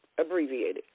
abbreviated